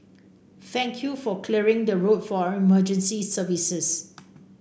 thank you for clearing the road for our emergency services